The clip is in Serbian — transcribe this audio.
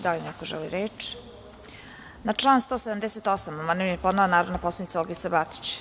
Da li neko želi reč? (Ne.) Na član 178. amandman je podnela narodna poslanica Olgica Batić.